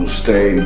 stay